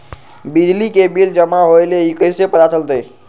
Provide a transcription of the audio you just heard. बिजली के बिल जमा होईल ई कैसे पता चलतै?